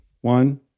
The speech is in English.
one